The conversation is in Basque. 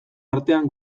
artean